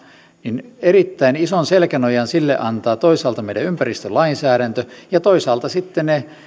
niin erittäin ison selkänojan sille antaa toisaalta meidän ympäristölainsäädäntömme ja toisaalta